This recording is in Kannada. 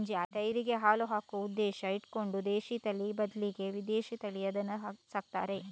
ಡೈರಿಗೆ ಹಾಲು ಹಾಕುವ ಉದ್ದೇಶ ಇಟ್ಕೊಂಡು ದೇಶೀ ತಳಿ ಬದ್ಲಿಗೆ ವಿದೇಶೀ ತಳಿಯ ದನ ಸಾಕ್ತಾರೆ